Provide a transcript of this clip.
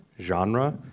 genre